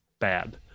bad